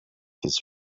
his